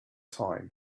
time